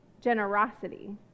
generosity